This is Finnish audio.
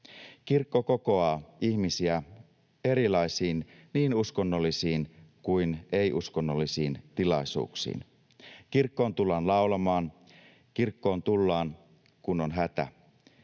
Kirkko kokoaa ihmisiä erilaisiin niin uskonnollisiin kuin ei-uskonnollisiin tilaisuuksiin. Kirkkoon tullaan laulamaan, kirkkoon tullaan, kun on hätä.